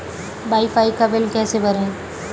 Wi fi का bill कैसे भरें?